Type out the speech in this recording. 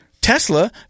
Tesla